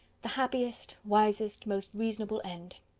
the happiest, wisest, most reasonable end!